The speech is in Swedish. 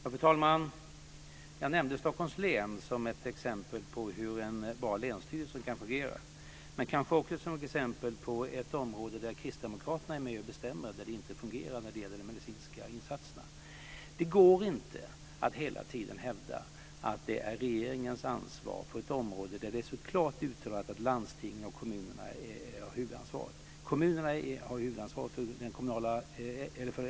Fru talman! Jag nämnde Stockholms län som ett exempel på hur en bra länsstyrelse kan fungera, men också som ett exempel på ett område där Kristdemokraterna är med och bestämmer och där det inte fungerar när det gäller de medicinska insatserna. Det går inte att hela tiden hävda att det är regeringens ansvar då detta är ett område där det är så klart uttalat att landstingen och kommunerna har huvudansvaret.